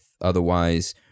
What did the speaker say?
otherwise